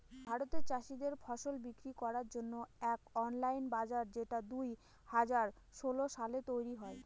ভারতে চাষীদের ফসল বিক্রি করার জন্য এক অনলাইন বাজার যেটা দুই হাজার ষোলো সালে শুরু হয়